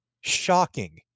Shocking